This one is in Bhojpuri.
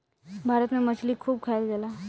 भारत में मछली खूब खाईल जाला